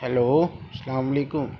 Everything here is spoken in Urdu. ہلو السلام علیکم